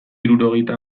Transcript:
hirurogeita